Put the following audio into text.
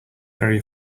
very